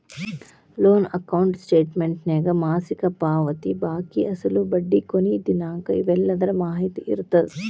loan account ಸ್ಟೇಟಮೆಂಟ್ನ್ಯಾಗ ಮಾಸಿಕ ಪಾವತಿ ಬಾಕಿ ಅಸಲು ಬಡ್ಡಿ ಕೊನಿ ದಿನಾಂಕ ಇವೆಲ್ಲದರ ಮಾಹಿತಿ ಇರತ್ತ